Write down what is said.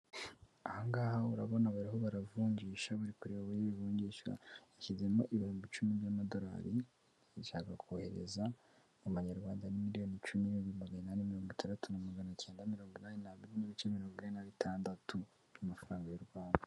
Ahangaha urabona bariho baravungisha. Bari kureba uburyo bw'ivunjisha, nshyizemo ibihumbi icumi by'amadolari, shaka kohereza amanyarwanda ni miliyoni cumi n'ibihumbi magana inani mirongo itandatu na magana cyenda mirongo inani na biri n'ibice mirongo ine na bitandatu by'amafaranga y'u Rwanda.